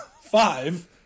five